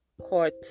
court